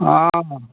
অঁ